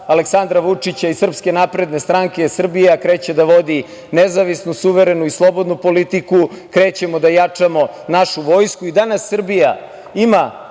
Aleksandra Vučića i SNS, Srbija kreće da vodi nezavisnu, suverenu i slobodnu politiku. Krećemo da jačamo našu vojsku i danas Srbija ima